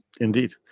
Indeed